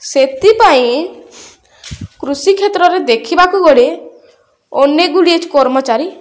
ସେଥିପାଇଁ କୃଷି କ୍ଷେତ୍ରରେ ଦେଖିବାକୁ ଗଲେ ଅନେକ ଗୁଡ଼ିଏ କର୍ମଚାରୀ